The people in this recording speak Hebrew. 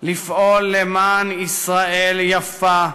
לפעול למען ישראל יפה,